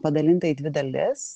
padalinta į dvi dalis